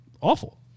awful